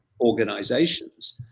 organizations